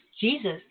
Jesus